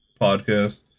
podcast